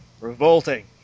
Revolting